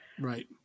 right